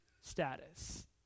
status